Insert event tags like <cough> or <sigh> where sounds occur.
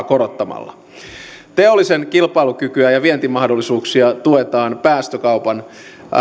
<unintelligible> korottamalla teollisuuden kilpailukykyä ja vientimahdollisuuksia tuetaan päästökaupan